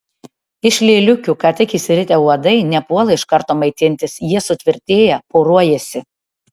iš lėliukių ką tik išsiritę uodai nepuola iš karto maitintis jie sutvirtėja poruojasi